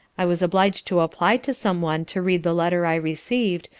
i was obliged to apply to some one to read the letter i received,